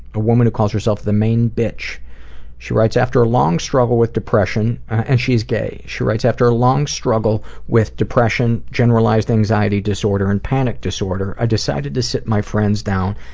a woman who calls herself the main bitch and she writes after a long struggle with depression and she's gay. she writes after a long struggle with depression, generalized anxiety disorder, and panic disorder i decided to sit my friends down,